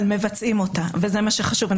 אבל מבצעים אותה וזה מה שחשוב.